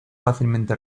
fácilmente